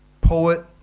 poet